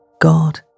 God